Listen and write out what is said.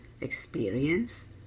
experience